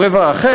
או רבע אחר,